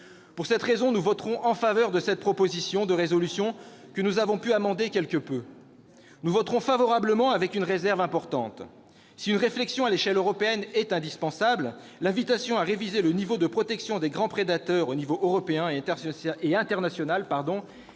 Pour cette raison, nous voterons en faveur de cette proposition de résolution que nous avons pu amender quelque peu. Nous émettons toutefois une réserve importante. Si une réflexion à l'échelle européenne est indispensable, l'invitation à réviser le niveau de protection des grands prédateurs à l'échelle européenne et internationale